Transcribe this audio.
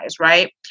right